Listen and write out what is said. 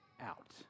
out